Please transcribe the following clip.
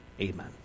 Amen